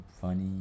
funny